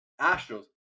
Astros